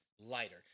lighter